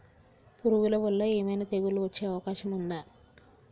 పురుగుల వల్ల ఏమైనా తెగులు వచ్చే అవకాశం ఉందా?